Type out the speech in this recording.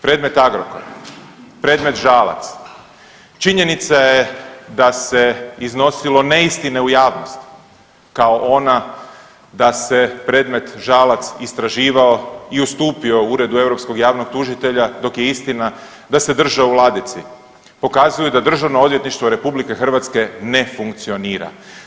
Predmet Agrokor, predmet Žalac, činjenica je da se iznosilo neistine u javnost kao ona da se predmet Žalac istraživao i ustupio Uredu europskog javnog tužitelja dok je istina da se držao u ladici, pokazuju da Državno odvjetništvo RH ne funkcionira.